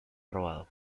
robado